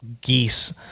geese